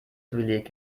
privileg